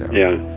yeah.